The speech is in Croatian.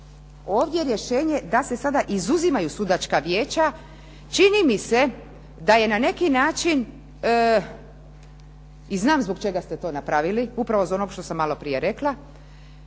ovdje rješenje da se sada izuzimaju sudačka vijeća. Čini mi se da je na neki način i znam zbog čega ste to napravili, upravo iz onog što sam malo prije rekla.